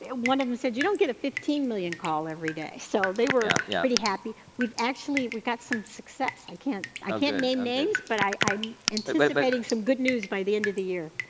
and one of them said, you don't get a fifteen million call every day, so they were yeah pretty happy. we've actually, we got some success, i can't, i can't name names but i'm anticipating some good news by the end of the year.